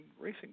racing